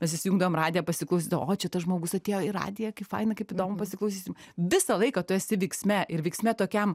mes įsijungdavom radiją pasiklausyt o čia tas žmogus atėjo į radiją kaip faina kaip įdomu pasiklausysim visą laiką tu esi veiksme ir veiksme tokiam